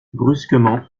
brusquement